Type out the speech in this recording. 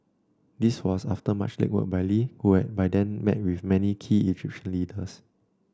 this was after much legwork by Lee who had by then met with many key Egyptian leaders